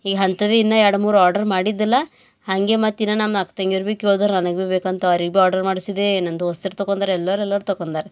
ಈಗ ಅಂತದೇ ಇನ್ನು ಎರಡು ಮೂರು ಆರ್ಡ್ರ್ ಮಾಡಿದ್ದೆಲ್ಲಾ ಹಂಗೆ ಮತ್ತಿನ್ನ ನಮ್ಮ ಅಕ್ಕ ತಂಗೀರ್ ಬಿ ಕೇಳ್ದೊರ ನನಗೂ ಬೇಕಂತ ಅವ್ರಿಗೆ ಬಿ ಆರ್ಡ್ರ್ ಮಾಡಿಸಿದೇ ನನ್ನ ದೋಸ್ತಿರ ತೊಗೊಂದರ್ ಎಲ್ಲರೆಲ್ಲರು ತೊಕೊಂದರು